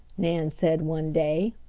nan said one day.